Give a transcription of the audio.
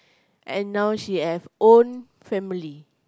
and now she have own family